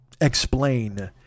explain